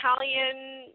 Italian